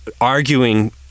arguing